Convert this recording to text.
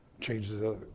Changes